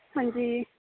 ਹਾਂਜੀ